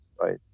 right